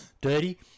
Dirty